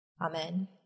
Amen